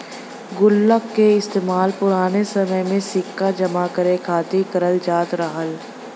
गुल्लक का इस्तेमाल पुराने समय में सिक्का जमा करे खातिर करल जात रहल